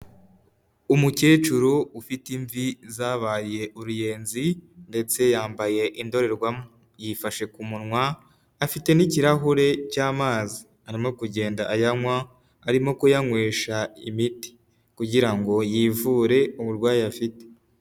Umukecuru ufite imvi zabaye uruyenzi ndetse yambaye indorerwamo. Yifashe ku munwa afite n'ikirahure cy'amazi. Arimo kugenda ayanywa, arimo kuyanywesha imiti kugirango ngo yivure uburwayi afite.